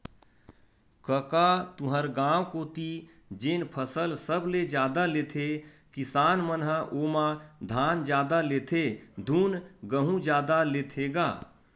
कका तुँहर गाँव कोती जेन फसल सबले जादा लेथे किसान मन ह ओमा धान जादा लेथे धुन गहूँ जादा लेथे गा?